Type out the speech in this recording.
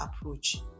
approach